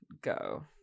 go